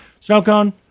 Snowcone